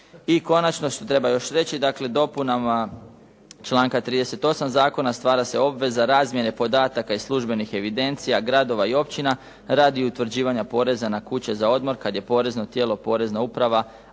I konačno što treba još reći, dakle dopunama članka 38. zakona stvara se obveza razmjene podataka i službenih evidencija gradova i općina radi utvrđivanja poreza na kuće za odmor kad je porezno tijelo porezna uprava